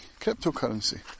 cryptocurrency